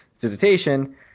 visitation